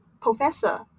professor